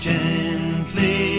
Gently